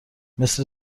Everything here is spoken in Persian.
مثل